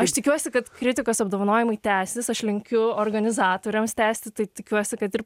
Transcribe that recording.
aš tikiuosi kad kritikos apdovanojimai tęsis aš linkiu organizatoriams tęsti tai tikiuosi kad ir